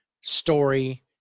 story